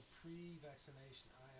pre-vaccination